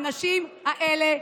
האנשים האלה,